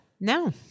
no